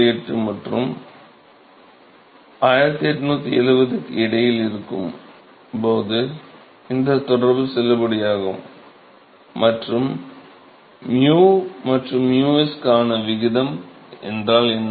48 மற்றும் 1870 க்கு இடையில் இருக்கும் போது இந்த தொடர்பு செல்லுபடியாகும் 𝝻 மற்றும் 𝝻s க்கான விகிதம் 𝝻 என்றால் என்ன